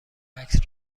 عکس